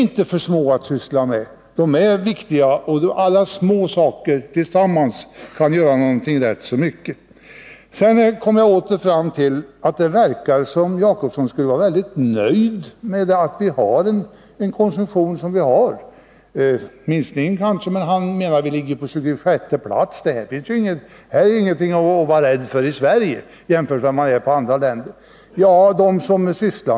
Dessa frågor är viktiga, och alla små saker tillsammans kan innebära rätt mycket. Det verkar som om Egon Jacobsson skulle vara nöjd med den konsumtion vi har. Vi ligger ju bara på 26:e plats! Vi har ingenting att vara rädda för i Sverige i jämförelse med andra länder, tycks han mena.